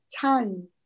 time